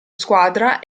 squadra